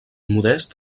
modest